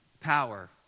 power